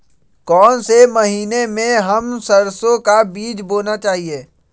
कौन से महीने में हम सरसो का बीज बोना चाहिए?